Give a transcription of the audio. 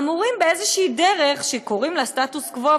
אמורים באיזו דרך שקוראים לה סטטוס-קוו,